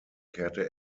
kehrte